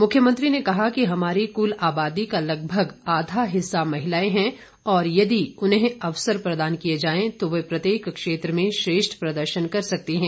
मुख्यमंत्री ने कहा कि हमारी कुल आबादी का लगभग आधा हिस्सा महिलाएं है और यदि उन्हें अवसर प्रदान किए जाएं तो वे प्रत्येक क्षेत्र में श्रेष्ठ प्रदर्शन कर सकती हैं